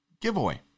giveaway